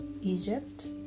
Egypt